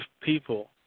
people